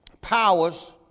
powers